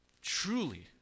truly